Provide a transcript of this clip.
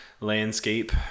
landscape